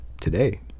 today